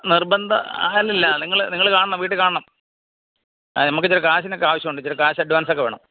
നിർബന്ധം അല്ലയല്ല നിങ്ങള് നിങ്ങള് കാണണം വീട്ടില് കാണണം നമുക്ക് ഇത്തിരി കാശിനൊക്കെ ആവശ്യമുണ്ട് ഇത്തിരികാശ് അഡ്വാൻസൊക്കെ വേണം